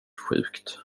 sjukt